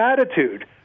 attitude